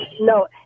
No